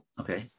Okay